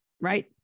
right